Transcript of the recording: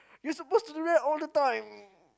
you're supposed to do that all the time